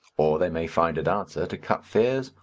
or they may find it answer to cut fares,